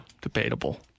Debatable